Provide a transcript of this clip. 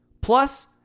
Plus